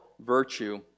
virtue